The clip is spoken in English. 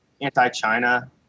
anti-china